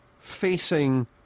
facing